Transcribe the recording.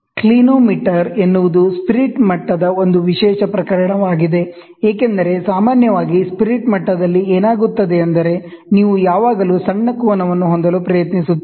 clinometer ಎನ್ನುವುದು spirit ಮಟ್ಟದ ಒಂದು ವಿಶೇಷ ಪ್ರಕರಣವಾಗಿದೆ ಏಕೆಂದರೆ ಸಾಮಾನ್ಯವಾಗಿ ಸ್ಪಿರಿಟ್ ಮಟ್ಟದಲ್ಲಿ ಏನಾಗುತ್ತದೆ ಅಂದರೆ ನೀವು ಯಾವಾಗಲೂ ಸಣ್ಣ ಆಂಗಲ್ ನ್ನು ಹೊಂದಲು ಪ್ರಯತ್ನಿಸುತ್ತೀರಿ